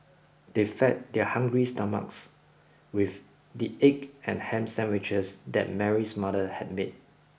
they fed their hungry stomachs with the egg and ham sandwiches that Mary's mother had made